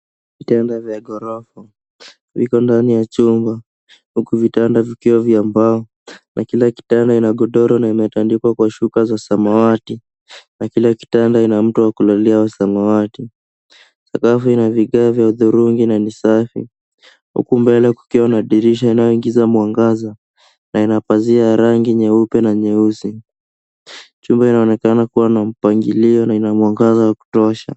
Vitanda vya ghorofa viko ndani ya chumba. Huku vitanda vikiwa vya mbao na kila kitanda ina godoro na imeandikwa kwa shuka za samawati na kila kitanda ina mto wa kulalia wa samawati. Sakafu ina vigae vya udhurungi na ni safi huku mbele kukiwa na dirisha inayoingiza mwangaza na ina pazia ya rangi nyeupe na nyeusi. Chumba inaonekana kuwa na mpangilio na ina mwangaza wa kutosha.